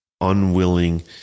unwilling